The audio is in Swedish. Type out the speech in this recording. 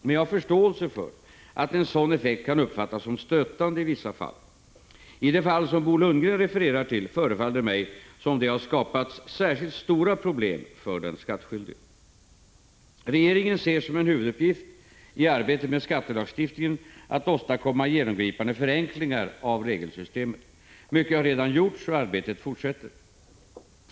Men jag har förståelse för att en sådan effekt kan uppfattas som stötande i vissa fall. I det fall som Bo Lundgren refererar till förefaller det mig som om det har skapats särskilt stora problem för den skattskyldige. Regeringen ser som en huvuduppgift i arbetet med skattelagstiftningen att åstadkomma genomgripande förenklingar av regelsystemet. Mycket har redan gjorts, och arbetet fortsätter.